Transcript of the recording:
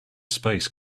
space